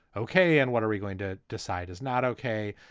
okay. and what are we going to decide is not ok?